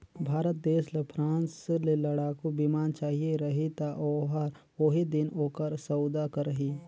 भारत देस ल फ्रांस ले लड़ाकू बिमान चाहिए रही ता ओहर ओही दिन ओकर सउदा करही